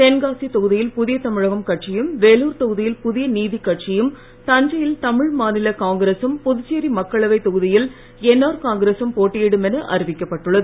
தென்காசி தொகுதியில் புதிய தமிழகம் கட்சியும் வேலூர் தொகுதியில் புதிய நீதிக் கட்சியும் தஞ்சை யில் தமிழ் மாநில காங்கிரசும் புதுச்சேரி மக்களவைத் தொகுதியில் என அறிவிக்கப்பட்டுள்ளது